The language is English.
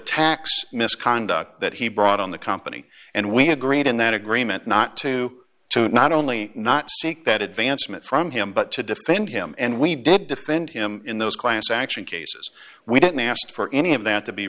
tax misconduct that he brought on the company and we agreed in that agreement not to not only not seek that advancement from him but to defend him and we did defend him in those class action cases we didn't ask for any of that to be